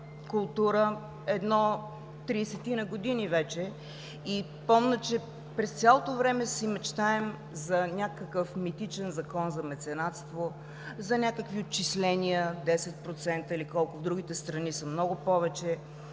култура едно 30-ина години вече и помня, че през цялото време си мечтаем за някакъв митичен закон за меценатство, за някакви отчисления – 10%, или колко, в другите страни са много повече.